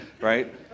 right